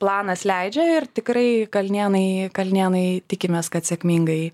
planas leidžia ir tikrai kalnėnai kalnėnai tikimės kad sėkmingai